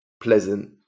pleasant